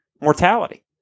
mortality